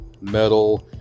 metal